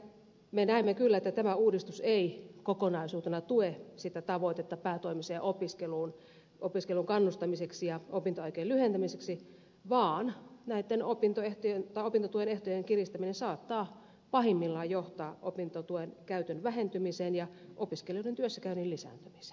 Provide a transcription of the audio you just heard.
me näemme kyllä että tämä uudistus ei kokonaisuutena tue sitä tavoitetta päätoimiseen opiskeluun kannustamiseksi ja opintoaikojen lyhentämiseksi vaan näitten opintotuen ehtojen kiristäminen saattaa pahimmillaan johtaa opintotuen käytön vähentymiseen ja opiskelijoiden työssäkäynnin lisääntymiseen